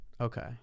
Okay